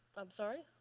i'm sorry?